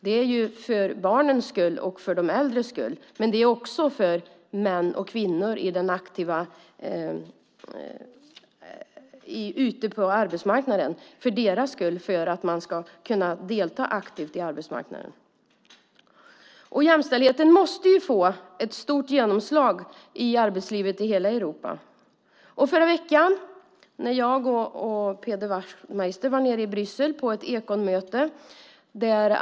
Det är viktigt för barnen och de äldre, men det är också viktigt för arbetsföra män och kvinnor så att de kan delta aktivt på arbetsmarknaden. Jämställdheten måste alltså få stort genomslag i arbetslivet i hela Europa. Förra veckan var jag och Peder Wachtmeister i Bryssel på ett Econmöte.